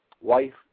wife